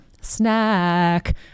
snack